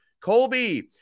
Colby